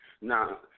Now